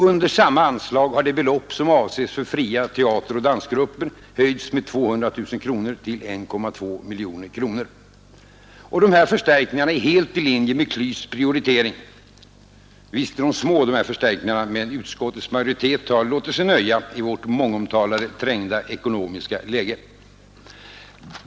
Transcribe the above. Under samma anslag har det belopp som avses för fria teateroch dansgrupper höjts med 200 000 kronor till 1,2 miljoner kronor. De här förstärkningarna är helt i linje med KLYS:s prioritering. Visst är de små — men utskottets majoritet har låtit sig nöja i vårt mångomtalade trängda ekonomiska läge.